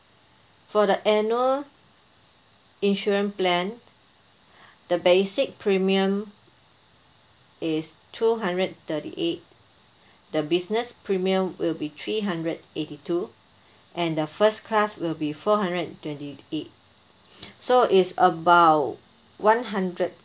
for the annual insurance plan the basic premium is two hundred thirty eight the business premium will be three hundred eighty two and the first class will be four hundred and twenty eight so it's about one hundred